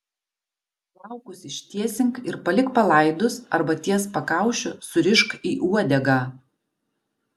plaukus ištiesink ir palik palaidus arba ties pakaušiu surišk į uodegą